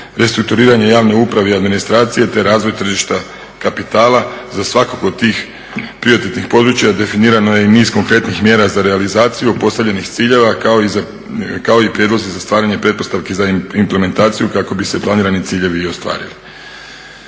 restrukturiranje javne uprave i administracije te razvoj tržišta kapitala. Za svakog od tih … područja definirano je i niz konkretnih mjera za realizaciju postavljenih ciljeva, kao i prijedlozi za stvaranje pretpostavki za implementaciju kako bi se planirani ciljevi i ostvarili.